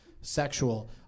sexual